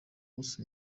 bose